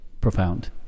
profound